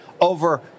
over